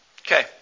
Okay